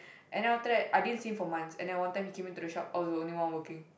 and then after that I didn't see him for months and then one time he came into the shop I was the only one working